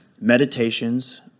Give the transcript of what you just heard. Meditations